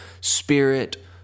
spirit